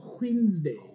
Wednesday